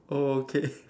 okay